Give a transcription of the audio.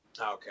Okay